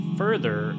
further